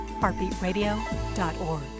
heartbeatradio.org